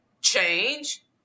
change